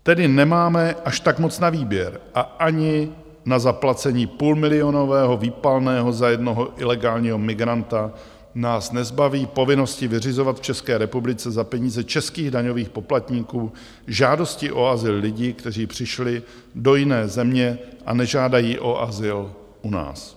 Tedy nemáme až tak moc na výběr a ani na zaplacení půlmilionového výpalného za jednoho ilegálního migranta nás nezbaví povinnosti vyřizovat v České republice za peníze českých daňových poplatníků žádosti o azyl lidí, kteří přišli do jiné země a nežádají o azyl u nás.